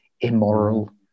immoral